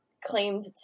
claimed